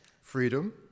Freedom